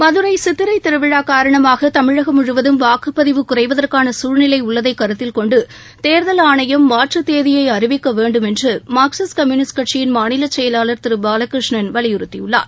மதுரை சித்திரைத் திருவிழா காரணமாக தமிழகம் முழுவதும் வாக்குப்பதிவு குறைவதற்கான சூழ்நிலை உள்ளதை கருத்தில் கொண்டு தேர்தல் ஆணையம் மாற்றுத் தேதியை அறிவிக்க வேண்டும் என்று மார்க்சிஸ்ட் கம்யூனிஸ்ட் கட்சி மாநில செயலாளர் திரு பாலகிருஷ்ணன் தெரிவித்தள்ளார்